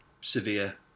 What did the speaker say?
severe